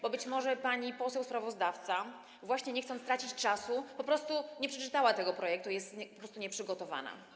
Być może pani poseł sprawozdawca, właśnie nie chcąc tracić czasu, po prostu nie przeczytała tego projektu i jest po prostu nieprzygotowana.